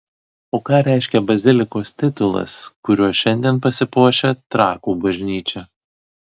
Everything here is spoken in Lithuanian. o ką reiškia bazilikos titulas kuriuo šiandien pasipuošia trakų bažnyčia